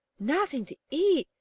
nothing to eat!